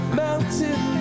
mountain